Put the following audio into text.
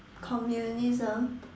communism